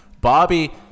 Bobby